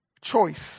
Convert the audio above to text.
choice